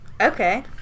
Okay